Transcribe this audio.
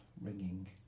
ringing